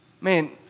Man